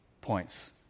points